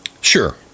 Sure